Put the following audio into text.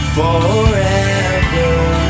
forever